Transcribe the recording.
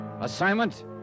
Assignment